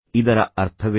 ಇದರ ಅರ್ಥವೇನು